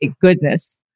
goodness